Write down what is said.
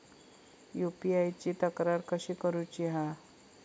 UPI ची तक्रार कशी करुची हा?